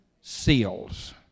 seals